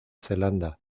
zelanda